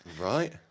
Right